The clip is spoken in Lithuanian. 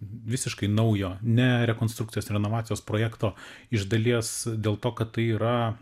visiškai naujo ne rekonstrukcijos renovacijos projekto iš dalies dėl to kad tai yra